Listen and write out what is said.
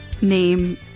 name